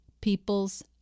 People's